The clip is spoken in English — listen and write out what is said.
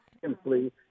simply